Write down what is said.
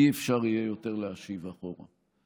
אי-אפשר יהיה יותר להשיב אחורה.